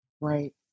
Right